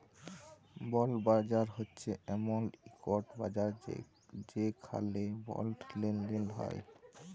বল্ড বাজার হছে এমল ইকট বাজার যেখালে বল্ড লেলদেল হ্যয়